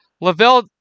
Lavelle